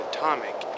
Atomic